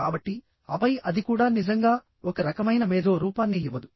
కాబట్టి ఆపై అది కూడా నిజంగా ఒక రకమైన మేధో రూపాన్ని ఇవ్వదు